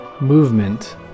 movement